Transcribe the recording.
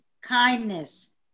kindness